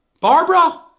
Barbara